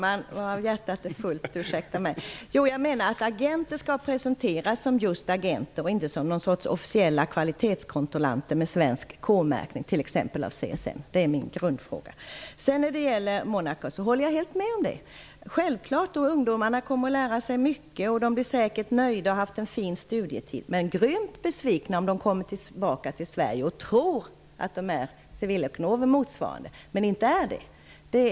Fru talman! Jo, jag menar att agenter skall presenteras som just agenter och inte som någon sorts officiella kvalitetskontrollanter med svensk kmärkning t.ex. av CSN. Min fråga var om utbildningsministern delar den uppfattningen. När det gäller Monaco håller jag med statsrådet. Ungdomarna kommer att lära sig mycket, de blir säkert nöjda och har säkert haft en fin studietid, men de kommer att bli grymt besvikna om de kommer tillbaka till Sverige och tror att de är motsvarande civilekonomer men inte är det.